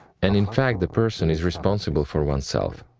and in fact the person is responsible for himself.